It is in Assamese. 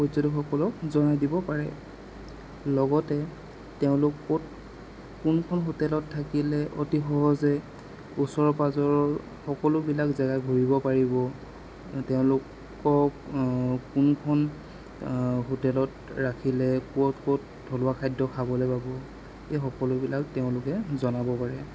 পৰ্যটকসকলক জনাই দিব পাৰে লগতে তেওঁলোক ক'ত কোনখন হোটেলত থাকিলে অতি সহজে ওচৰৰ পাঁজৰৰ সকলোবিলাক জেগা ঘূৰিব পাৰিব তেওঁলোকক কোনখন হোটেলত ৰাখিলে ক'ত ক'ত থলুৱা খাদ্য খাবলৈ পাব এই সকলোবিলাক তেওঁলোকে জনাব পাৰে